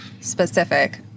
Specific